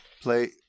Play